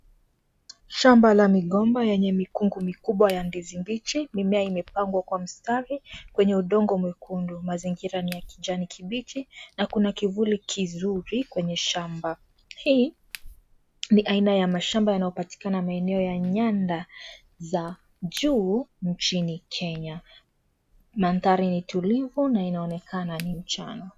Shamba la migomba yenye mikungu mikubwa ya ndizi mbichi, mimea imepangwa kwa mstari, kwenye udongo mwekundu, mazingira ni ya kijani kibichi, na kuna kivuli kizuri kwenye shamba, hii, ni aina ya mashamba yanayopatikana maeneo ya nyanda, za, juu, nchini Kenya, manthari ni tulivu, na inaonekana kana ni mchana.